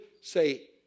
Say